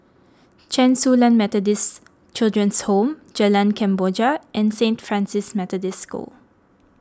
Chen Su Lan Methodist Children's Home Jalan Kemboja and Saint Francis Methodist School